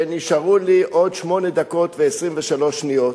מכיוון שנשארו לי עוד שמונה דקות ו-23 שניות,